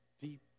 deep